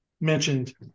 mentioned